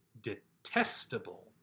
detestable